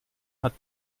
hat